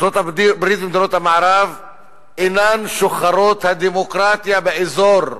ארצות-הברית ומדינות המערב אינן שוחרות הדמוקרטיה באזור,